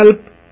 help